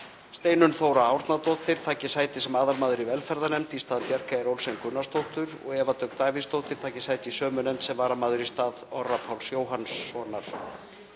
Steinunn Þóra Árnadóttir taki sæti sem aðalmaður í velferðarnefnd í stað Bjarkeyjar Olsen Gunnarsdóttur og Eva Dögg Davíðsdóttir taki sæti í sömu nefnd sem varamaður í stað Orra Páls Jóhannssonar.